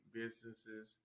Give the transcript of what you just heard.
businesses